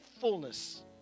fullness